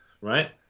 right